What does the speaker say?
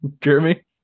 Jeremy